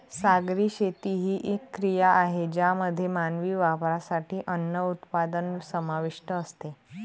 सागरी शेती ही एक क्रिया आहे ज्यामध्ये मानवी वापरासाठी अन्न उत्पादन समाविष्ट असते